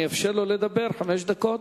אני אאפשר לו לדבר חמש דקות,